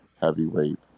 heavyweight